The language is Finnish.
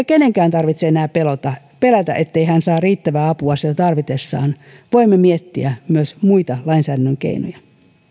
kenenkään tarvitse enää pelätä pelätä ettei hän saa riittävää apua sitä tarvitessaan voimme miettiä myös muita lainsäädännön keinoja